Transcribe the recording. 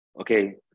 okay